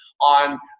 on